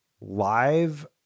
live